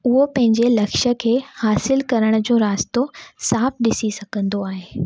उहो पंहिंजे लक्ष्य खे हासिल करण जो रास्तो साफ़ ॾिसी सघंदो आहे